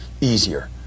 easier